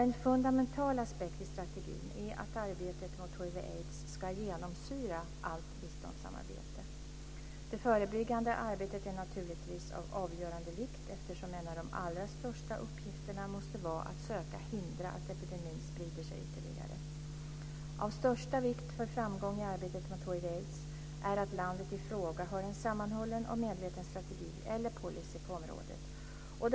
En fundamental aspekt i strategin är att arbetet mot hiv aids är att landet i fråga har en sammanhållen och medveten strategi eller policy på området.